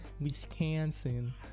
Wisconsin